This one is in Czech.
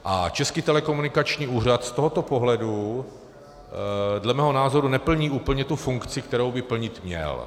A Český telekomunikační úřad z tohoto pohledu dle mého názoru neplní úplně tu funkci, kterou by plnit měl.